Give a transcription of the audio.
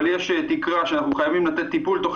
אבל יש תקרה שאנחנו חייבים לתת טיפול תוך